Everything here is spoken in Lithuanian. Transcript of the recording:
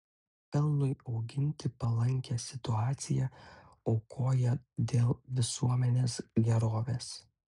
pelnui auginti palankią situaciją aukoja dėl visuomenės gerovės